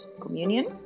communion